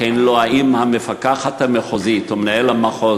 כן או לא: האם המפקחת המחוזית או מנהלת המחוז